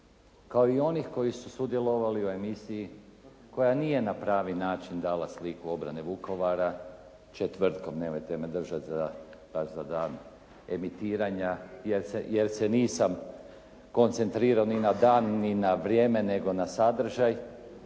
kao i onih koji su sudjelovali u emisiji koja nije na pravi način dala sliku obrane Vukovara četvrtkom, nemojte me držati za … /Govornik se ne razumije./ … emitiranja jer se nisam koncentrirao ni na dan ni na vrijeme nego na sadržaj